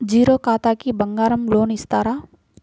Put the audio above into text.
Zero ఖాతాకి బంగారం loan ఇస్తారా?